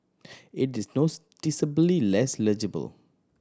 it is noticeably less legible